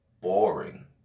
boring